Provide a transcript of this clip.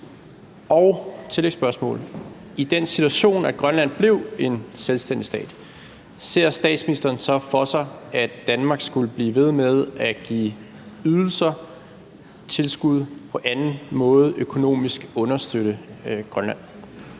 i den situation, at Grønland blev en selvstændig stat, ser for sig, at Danmark skulle blive ved med at give ydelser og tilskud og på anden måde økonomisk understøtte Grønland.